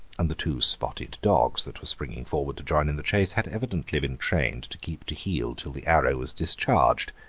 and the two spotted dogs that were springing forward to join in the chase had evidently been trained to keep to heel till the arrow was discharged.